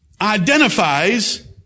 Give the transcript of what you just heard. identifies